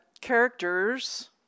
characters